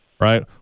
Right